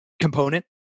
component